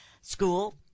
school